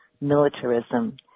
militarism